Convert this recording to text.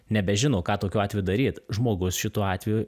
nebežino ką tokiu atveju daryt žmogus šituo atveju